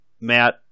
Matt